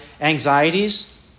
anxieties